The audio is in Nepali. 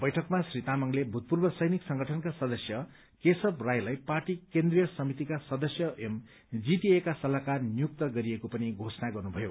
बैठकमा श्री तामाङले भूतपूर्व सैनिक संगठनका सदस्य केशव राईलाई पार्टी केन्द्रीय समितिका सदस्य एवं जीटीएका सत्लाहकार नियुक्त गरिएको पनि धोषणा गर्नुभयो